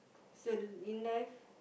so in life